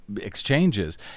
exchanges